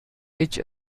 each